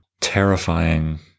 terrifying